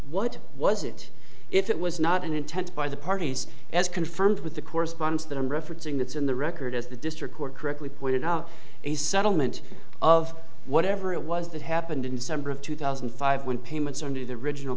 what was it if it was not an intent by the parties as confirmed with the correspondence that i'm referencing that's in the record as the district court correctly pointed out a settlement of whatever it was that happened in december of two thousand and five when payments under the original